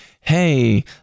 hey